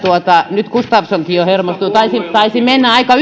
nyt gustafssonkin jo hermostui taisi taisi mennä aika